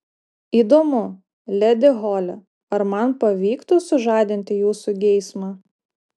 įdomu ledi hole ar man pavyktų sužadinti jūsų geismą